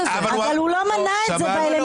אבל הוא לא התייחס לזה.